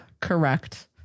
correct